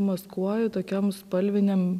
maskuoju tokiom spalvinėm